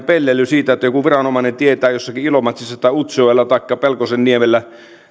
pelleily siitä että joku viranomainen tietää jossakin ilomatsissa tai utsjoella taikka pelkosenniemellä